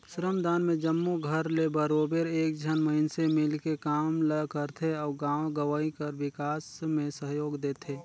श्रमदान में जम्मो घर ले बरोबेर एक झन मइनसे मिलके काम ल करथे अउ गाँव गंवई कर बिकास में सहयोग देथे